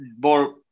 more